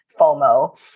FOMO